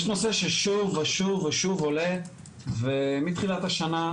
יש נושא ששוב ושוב ושוב עולה מתחילת השנה,